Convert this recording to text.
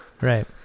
Right